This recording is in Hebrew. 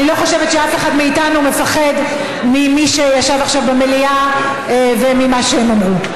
אני לא חושבת שאף אחד מאיתנו מפחד ממי שישב עכשיו במליאה וממה שהם אמרו.